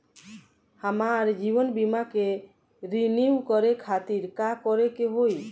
हमार जीवन बीमा के रिन्यू करे खातिर का करे के होई?